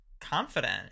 confident